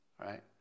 right